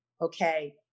Okay